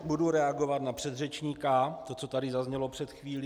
Budu reagovat na předřečníka, na to, co tady zaznělo před chvílí.